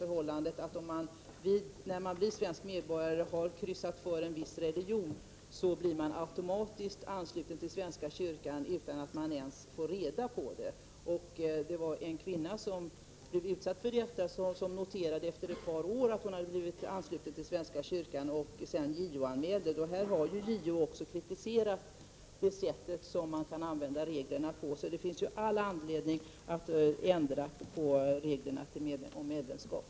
Förhållandet är det att om man, när man blir svensk medborgare, har kryssat för tillhörighet till en viss religion, automatiskt blir ansluten till svenska kyrkan utan att man ens får reda på det. En kvinna som blev utsatt för detta noterade efter ett par år att hon blivit ansluten till svenska kyrkan. Hon JO-an mälde detta. JO har sedan kritiserat det sätt på vilket man kan använda reglerna. Det finns alltså all anledning att ändra reglerna om medlemskap.